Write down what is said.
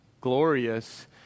glorious